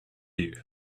you